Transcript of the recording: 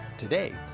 today,